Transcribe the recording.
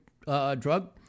drug